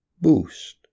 boost